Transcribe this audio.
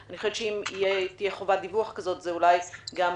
אם תהיה חובת דיווח כזאת זה אולי גם